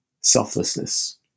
selflessness